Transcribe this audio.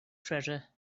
treasure